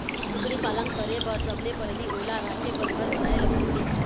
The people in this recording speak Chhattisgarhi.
कुकरी पालन करे बर सबले पहिली ओला राखे बर घर बनाए ल परथे